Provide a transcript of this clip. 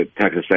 Texas